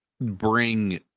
bring